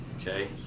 okay